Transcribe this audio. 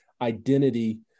identity